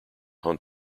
hunt